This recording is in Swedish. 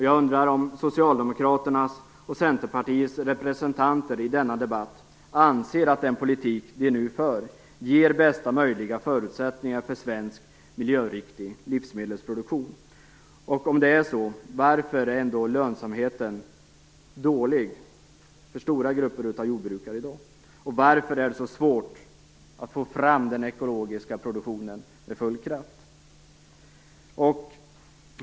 Jag undrar om Socialdemokraternas och Centerpartiets representanter i denna debatt anser att den politik de nu för ger bästa möjliga förutsättningar för svensk miljöriktig livsmedelsproduktion. Och om det är så, varför är lönsamheten ändå dålig för stora grupper jordbrukare i dag? Och varför är det så svårt att få fram den ekologiska produktionen med full kraft?